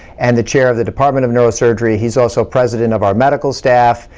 and the chair of the department of neurosurgery, he's also president of our medical staff,